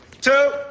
two